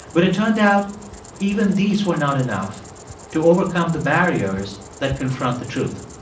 but it turned out even these were not enough to overcome the barriers that confront the truth